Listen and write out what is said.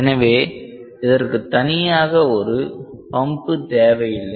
எனவே இதற்கு தனியாக ஒரு பம்பு தேவையில்லை